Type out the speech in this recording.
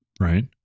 right